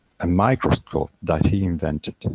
a microscope that he invented.